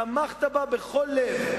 תמכת בה בכל לב.